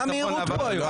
מה המהירות פה היום?